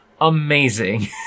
amazing